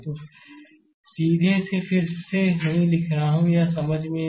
तो सीधे फिर से नहीं लिख रहा हूँ यह समझ में आता है